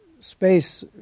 space